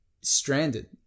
stranded